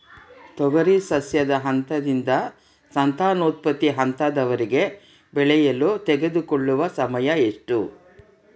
ತೊಗರಿ ಸಸ್ಯಕ ಹಂತದಿಂದ ಸಂತಾನೋತ್ಪತ್ತಿ ಹಂತದವರೆಗೆ ಬೆಳೆಯಲು ತೆಗೆದುಕೊಳ್ಳುವ ಸಮಯ ಎಷ್ಟು?